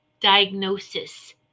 diagnosis